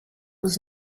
was